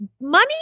money